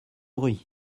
bruit